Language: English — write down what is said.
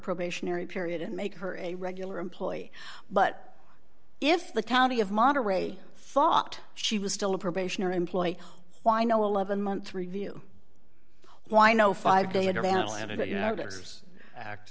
probationary period and make her a regular employee but if the county of monterey thought she was still a probationary employee why no eleven month review why no five